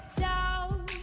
town